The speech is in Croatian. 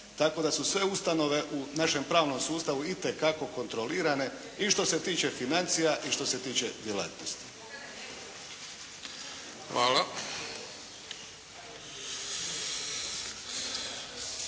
tako da su sve ustanove u našem pravnom sustavu itekako kontrolirane i što se tiče financija i što se tiče djelatnosti.